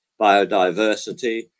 biodiversity